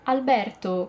Alberto